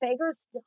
Fager's